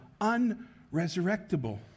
unresurrectable